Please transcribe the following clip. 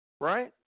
right